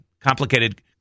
complicated